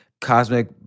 cosmic